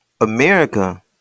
America